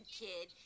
kid